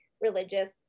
religious